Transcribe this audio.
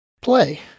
play